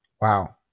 wow